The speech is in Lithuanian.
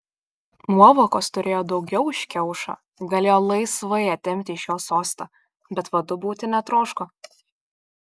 nuovokos turėjo daugiau už kiaušą galėjo laisvai atimti iš jo sostą bet vadu būti netroško